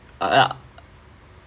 ah